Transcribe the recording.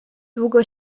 długo